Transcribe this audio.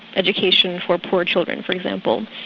education for poor children for example,